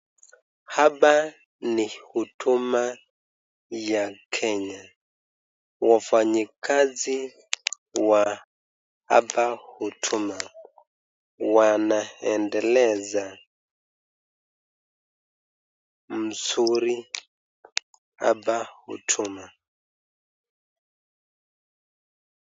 Hapa ni huduma ya Kenya. Wafanyakazi wa hapa huduma wanaendeleza mzuri hapa huduma.